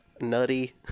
Nutty